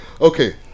Okay